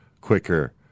quicker